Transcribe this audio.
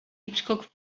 hitchcock